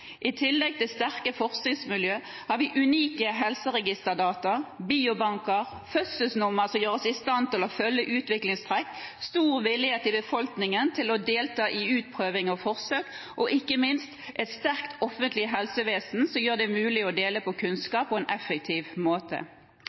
I tillegg til sterke forskningsmiljø har vi unike helseregisterdata, biobanker, fødselsnummer som gjør oss i stand til å følge utviklingstrekk, stor villighet i befolkningen til å delta i utprøving og forsøk og ikke minst et sterkt offentlig helsevesen som gjør det mulig å dele på kunnskap på en effektiv måte.